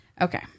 Okay